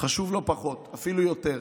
חשוב לא פחות, אפילו יותר,